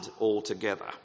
altogether